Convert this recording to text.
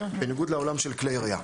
בניגוד לעולם של כלי ירייה.